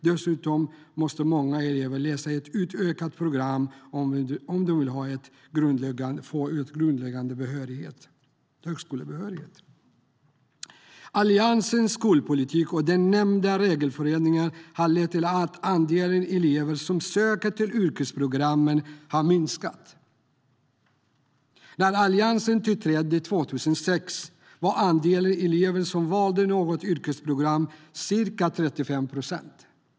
Dessutom måste många elever läsa ett utökat program om de vill få grundläggande högskolebehörighet. Alliansens skolpolitik och den nämnda regelförändringen har lett till att andelen elever som söker till yrkesprogrammen har minskat. När alliansen tillträdde 2006 var andelen elever som valde något yrkesprogram ca 35 procent.